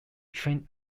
trained